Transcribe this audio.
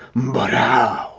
but how!